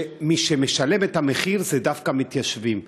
שמי שמשלם את המחיר זה דווקא המתיישבים,